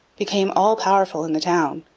became all-powerful in the town,